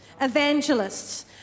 Evangelists